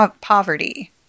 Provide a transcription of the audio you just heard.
poverty